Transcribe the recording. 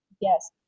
Yes